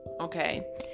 Okay